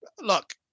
look